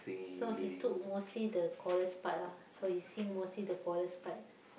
so he took mostly the chorus part ah so he sing mostly the chorus part